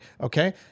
Okay